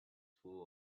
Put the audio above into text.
full